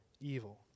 evil